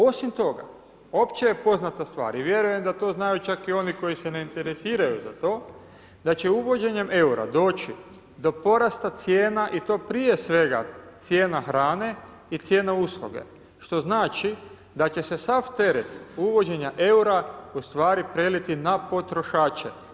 Osim toga, opće je poznata stvar i vjerujem da to znaju čak i oni koji se ne interesiraju za to, da će uvođenjem eura doći do porasta cijena i to prije svega cijena hrane i cijena usluge, što znači da će se sav teret uvođenja eura u stvari preliti na potrošače.